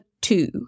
two